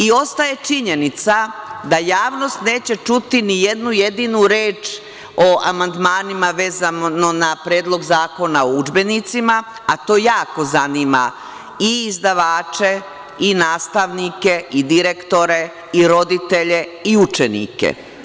Ostaje činjenica da javnost neće čuti ni jednu jedinu reč o amandmanima vezano za Predlog zakona o udžbenicima, a to jako zanima i izdavače i nastavnike i direktore i roditelje i učenike.